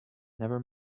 never